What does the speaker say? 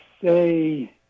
say